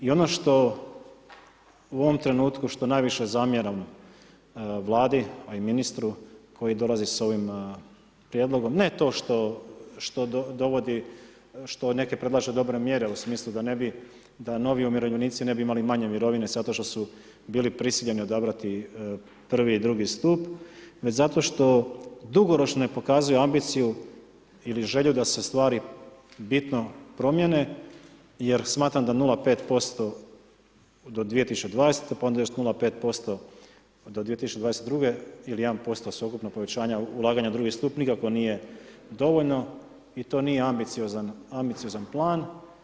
I ono što u ovom trenutku što najviše zamjeram Vladi a i ministru koji dolazi sa ovim prijedlogom, ne to što dovodi, što neke predlaže dobre mjere u smislu da novi umirovljenici ne bi imali manje mirovine zato što su bili prisiljeni odbrati prvi i drugi stup već zato što dugoročno ne pokazuju ambiciju ili želju da se stvari bitno promijene jer smatram da 0,5% do 2020. pa onda još 0,5 do 2022. ili 1% sveukupnog povećanja ulaganja u drugi stup nikako nije dovoljno i to nije i to nije ambiciozan plan.